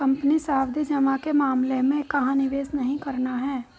Company सावधि जमा के मामले में कहाँ निवेश नहीं करना है?